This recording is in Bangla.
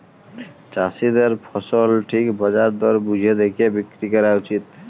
চাষীদের ফসল ঠিক বাজার দর বুঝে দ্যাখে বিক্রি ক্যরা উচিত